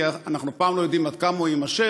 כי אנחנו אף פעם לא יודעים עד כמה הוא יימשך,